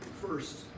first